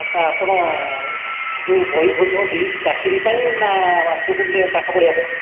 ଆଚ୍ଛା ଆପଣ ଯେଉଁ ବହି ଖୋଜୁଛନ୍ତି ଚାକିରୀ ପାଇଁ ନା ଷ୍ଟୁଡେଣ୍ଟ ପାଠ ପଢ଼ିବାପାଇଁ